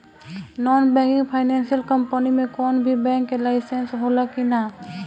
Non banking financial company मे कोई भी बैंक के लाइसेन्स हो ला कि ना?